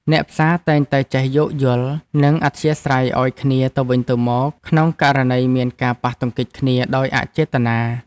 អ្នកផ្សារតែងតែចេះយោគយល់ និងអធ្យាស្រ័យឱ្យគ្នាទៅវិញទៅមកក្នុងករណីមានការប៉ះទង្គិចគ្នាដោយអចេតនា។